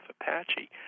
Apache